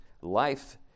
life